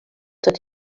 tot